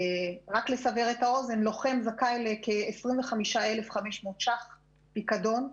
לוחם זכאי ל-25,500 ₪ פיקדון,